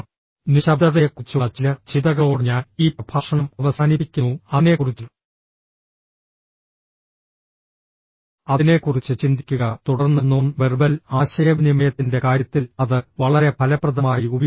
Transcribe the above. നിശബ്ദതയെക്കുറിച്ചുള്ള ചില ചിന്തകളോടെ ഞാൻ ഈ പ്രഭാഷണം അവസാനിപ്പിക്കുന്നു അതിനെക്കുറിച്ച് അതിനെക്കുറിച്ച് ചിന്തിക്കുക തുടർന്ന് നോൺ വെർബൽ ആശയവിനിമയത്തിന്റെ കാര്യത്തിൽ അത് വളരെ ഫലപ്രദമായി ഉപയോഗിക്കുക